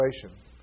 situation